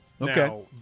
Okay